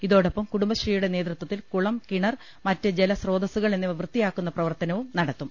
ഇതോടൊപ്പം കുടുംബ ശ്രീയുടെ നേതൃത്വത്തിൽ കുളം കിണർ മറ്റ് ജലശ്രോതസുകൾ എന്നിവ വൃത്തിയാക്കുന്ന പ്രവർത്തന്വും നടത്തും